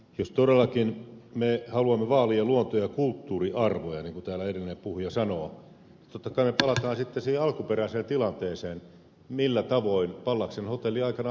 jos todellakin me haluamme vaalia luonto ja kulttuuriarvoja niin kuin täällä edellinen puhuja sanoo totta kai me palaamme sitten siihen alkuperäiseen tilanteeseen millä tavoin pallaksen hotelli aikanaan perustettiin